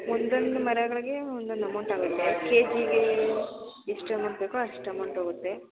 ಒಂದೊಂದು ಮರಗಳಿಗೆ ಒಂದೊಂದು ಅಮೌಂಟ್ ಆಗುತ್ತೆ ಕೇ ಜಿಗೇ ಎಷ್ಟು ಅಮೌಂಟ್ ಬೇಕೋ ಅಷ್ಟು ಅಮೌಂಟ್ ಹೋಗುತ್ತೆ